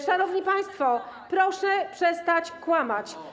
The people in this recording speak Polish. Szanowni państwo, proszę przestać kłamać.